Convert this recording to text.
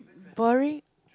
boring